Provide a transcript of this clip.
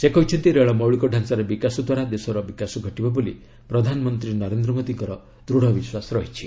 ସେ କହିଛନ୍ତି ରେଳ ମୌଳିକ ଢ଼ାଞ୍ଚାର ବିକାଶ ଦ୍ୱାରା ଦେଶର ବିକାଶ ଘଟିବ ବୋଲି ପ୍ରଧାନମନ୍ତ୍ରୀ ନରେନ୍ଦ୍ର ମୋଦିଙ୍କର ଦୃଢ଼ ବିଶ୍ୱାସ ରହିଛି